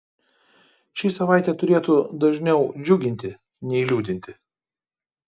ši savaitė turėtų dažniau džiuginti nei liūdinti